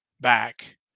back